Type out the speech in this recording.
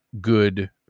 good